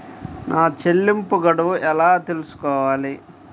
నా చెల్లింపు గడువు ఎలా తెలుసుకోవాలి?